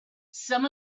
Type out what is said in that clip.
some